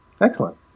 Excellent